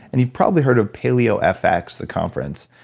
and you've probably heard of paleo fx, the conference.